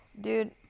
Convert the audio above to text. Dude